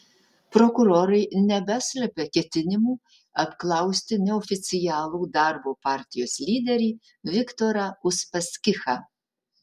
prokurorai nebeslepia ketinimų apklausti neoficialų darbo partijos lyderį viktorą uspaskichą